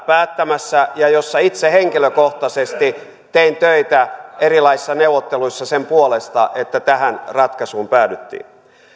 päättämässä ja jossa itse henkilökohtaisesti tein töitä erilaisissa neuvotteluissa sen puolesta että tähän ratkaisuun päädyttiin